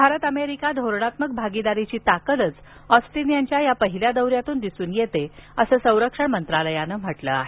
Bharat America धोरणात्मक भागिदारीची ताकदच ऑस्टीन यांच्या या पहिल्या दौऱ्यातून दिसून येते असे संरक्षण मंत्रालयाने म्हटले आहे